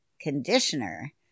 conditioner